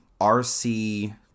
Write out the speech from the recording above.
rc